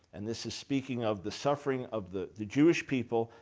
and this is speaking of the suffering of the the jewish people,